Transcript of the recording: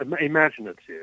imaginative